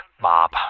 Bob